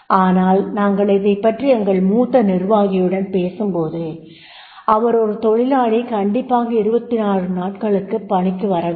ஆனால் நாங்கள் இதைப்பற்றி எங்கள் மூத்த நிர்வாகியுடன் பேசும்போது அவர் ஒரு தொழிலாளி கண்டிப்பாக 26 நாட்களுக்கு பணிக்கு வர வேண்டும்